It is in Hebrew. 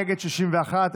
נגד מכלוף מיקי זוהר,